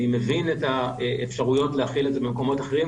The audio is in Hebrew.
אני מבין את האפשרויות להחיל את זה במקומות אחרים.